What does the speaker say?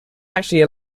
actually